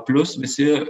plius visi